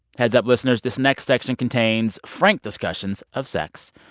heads up, listeners. this next section contains frank discussions of sex.